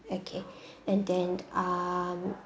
okay and then um